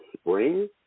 spring